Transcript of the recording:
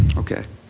okay.